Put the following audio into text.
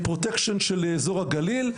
הפרוטקשן של אזור הגליל,